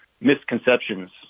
misconceptions